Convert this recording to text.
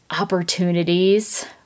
opportunities